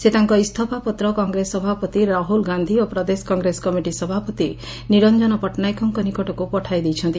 ସେ ତାଙ୍କ ଇସ୍ତଫା ପତ୍ର କଂଗ୍ରେସ ସଭାପତି ରାହୁଲ ଗାଧୀ ଓ ପ୍ରଦେଶ କଂଗ୍ରେସ କମିଟି ସଭାପତି ନିରଞ୍ ନ ପଟ୍ଟନାୟକଙ୍କ ନିକଟକୁ ପଠାଇଦେଇଛନ୍ତି